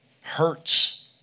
hurts